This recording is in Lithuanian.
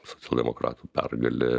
socialdemokratų pergalė